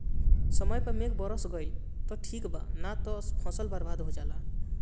समय पे मेघ बरस गईल त ठीक बा ना त सब फसल बर्बाद हो जाला